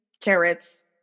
carrots